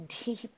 deep